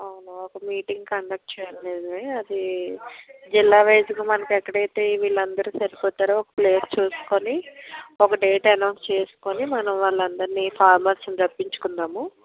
అవును ఒక meeting conduct చెయ్యాలి నిజమే అది జిల్లా వైజ్గా మనకు ఎక్కడైతే వీళ్ళందరూ సరిపోతారో ఒక ప్లేసు చూసుకుని ఒక డేట్ అనౌన్స్ చేసకుని మనం వాళ్ళందర్నీ ఫార్మర్స్ని రప్పించుకుందాము